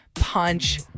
Punch